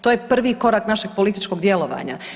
To je prvi korak našeg političkog djelovanja.